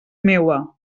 meua